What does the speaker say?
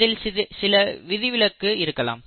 இதில் சில விதிவிலக்கு இருக்கலாம்